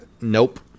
Nope